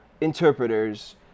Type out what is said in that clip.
interpreters